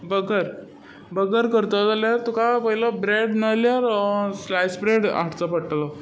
बगर बगर करतलो जाल्यार तुका पयलो ब्रँड नाजाल्यार स्लायस ब्रँड हाडचो पडटलो